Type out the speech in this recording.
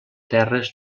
terres